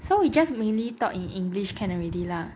so we just mainly talk in english can already lah